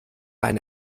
eine